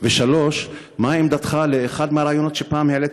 3. מה עמדתך לאחד מהרעיונות שפעם העליתי,